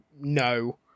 no